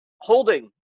holding